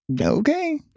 Okay